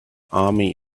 army